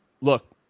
look